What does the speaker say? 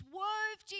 wove